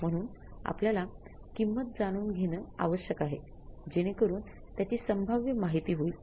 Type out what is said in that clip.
म्हणून आपल्याला किंमत जाणून घेणं आवश्यक आहे जेणेकरून त्याची संभाव्य माहिती होईल